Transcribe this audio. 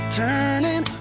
turning